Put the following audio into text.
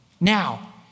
Now